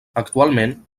actualment